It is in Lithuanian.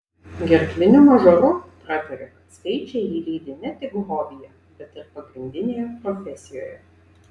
gerkliniu mažoru pratarė kad skaičiai jį lydi ne tik hobyje bet ir pagrindinėje profesijoje